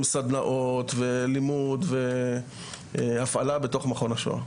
סדנאות ולימוד והפעלה בתוך מכון לשואה.